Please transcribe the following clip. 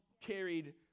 carried